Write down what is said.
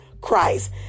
Christ